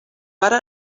hora